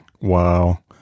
Wow